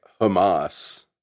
Hamas